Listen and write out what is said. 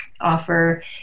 offer